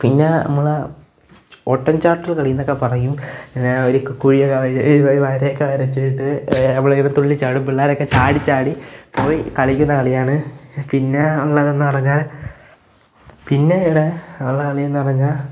പിന്നെ നമ്മളെ ഓട്ടം ചാട്ടം കളി എന്നൊക്കെ പറയും ഞാൻ ഒരു കുഴി ഒരു വരയൊക്കെ വരച്ചിട്ട് നമ്മൾ ഇങ്ങനെ തുള്ളിച്ചാടും പിള്ളേരൊക്കെ ചാടിച്ചാടി പോയി കളിക്കുന്ന കളിയാണ് പിന്നെ ഉള്ളതെന്ന് പറഞ്ഞാൽ പിന്നെ ഇവിടെ ഉള്ള കളി എന്ന് പറഞ്ഞാൽ